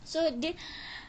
so dia